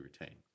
retain